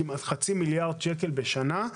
כמעט חצי מיליארד שקל בשנה,